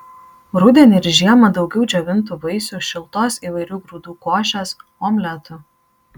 rudenį ir žiemą daugiau džiovintų vaisių šiltos įvairių grūdų košės omletų